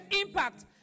impact